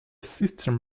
system